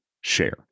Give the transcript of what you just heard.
share